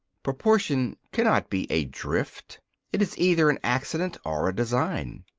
proportion cannot be a drift it is either an accident or a design.